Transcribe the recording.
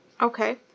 Okay